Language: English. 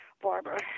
Barbara